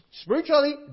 spiritually